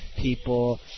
People